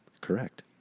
Correct